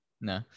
no